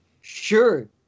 sure